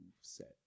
set